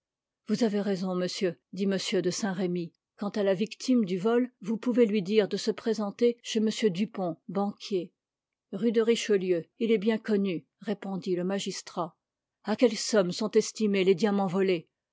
vous avez raison monsieur dit m de saint-remy quant à la victime du vol vous pouvez lui dire de se présenter chez m dupont banquier rue de richelieu il est bien connu répondit le magistrat à quelle somme sont estimés les diamants volés